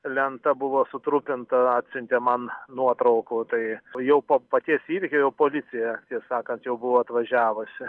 lenta buvo sutrupinta atsiuntė man nuotraukų tai jau po paties įvykio jau policija tiesą sakant jau buvo atvažiavusi